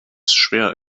schwer